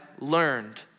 Learned